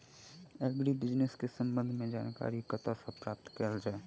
Agri business केँ संबंध मे जानकारी कतह सऽ प्राप्त कैल जाए?